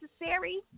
necessary